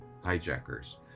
hijackers